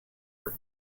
for